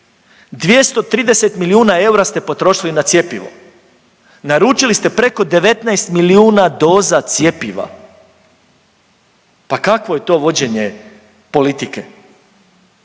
230 milijuna eura ste potrošili na cjepivo. Naručili ste preko 19 milijuna doza cjepiva, pa kakvo je to vođenje politike.